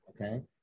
okay